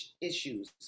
issues